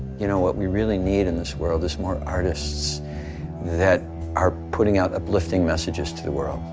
you know what we really need in this world is more artists that are putting out uplifting messages to the world,